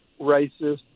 racist